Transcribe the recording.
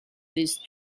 these